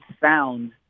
sound